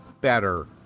better